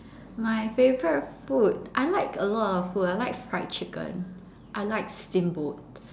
my favourite food I like a lot of food I like fried chicken I like steamboat